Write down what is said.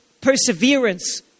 perseverance